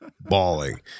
bawling